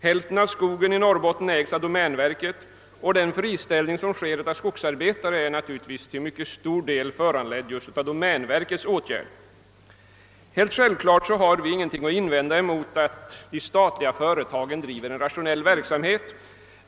Hälften av skogen i Norrbotten ägs av domänverket, och den friställning av skogsarbetare som sker är givetvis till mycket stor del föranledd just av dettas åtgärder. Självfallet har vi ingenting att invända mot att de statliga företagen driver en rationell verksamhet.